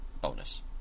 bonus